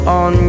on